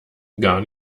gar